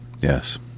Yes